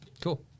Cool